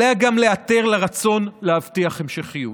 עליה גם להיעתר לרצון להבטיח המשכיות.